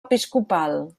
episcopal